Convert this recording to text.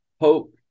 hope